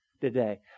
today